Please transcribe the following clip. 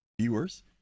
viewers